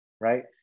right